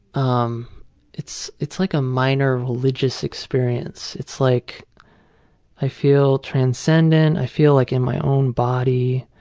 um it's it's like a minor religious experience. it's like i feel transcendent, i feel like in my own body.